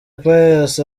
pius